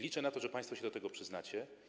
Liczę na to, że państwo się do tego przyznacie.